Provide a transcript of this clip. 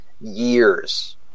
years